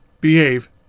behave